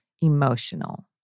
emotional